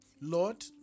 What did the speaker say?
Lord